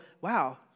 wow